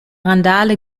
randale